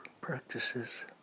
practices